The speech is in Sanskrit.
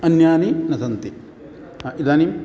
अन्यानि न सन्ति इदानीम्